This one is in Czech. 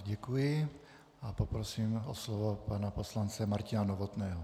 Děkuji a poprosím o slovo pana poslance Martina Novotného.